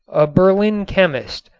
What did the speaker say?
a berlin chemist,